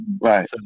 Right